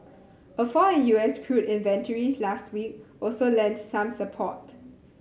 a fall in U S crude inventories last week also lent some support